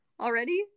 already